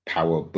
Power